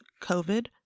COVID